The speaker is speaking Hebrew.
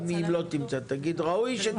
אל תגיד "אם היא לא תמצא", תגיד "ראוי שתמצא".